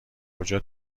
کجا